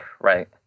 right